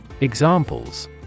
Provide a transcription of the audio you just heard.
Examples